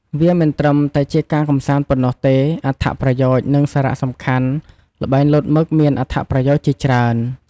វាមិនត្រឹមតែជាការកម្សាន្តប៉ុណ្ណោះទេ អត្ថប្រយោជន៍ និងសារៈសំខាន់ល្បែងលោតមឹកមានអត្ថប្រយោជន៍ជាច្រើន ។